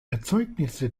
erzeugnisse